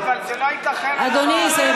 לא, אבל זה לא ייתכן, הדבר הזה.